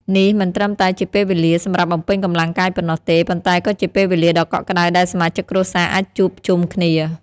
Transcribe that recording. នេះមិនត្រឹមតែជាពេលវេលាសម្រាប់បំពេញកម្លាំងកាយប៉ុណ្ណោះទេ ប៉ុន្តែក៏ជាពេលវេលាដ៏កក់ក្តៅដែលសមាជិកគ្រួសារអាចជួបជុំគ្នា។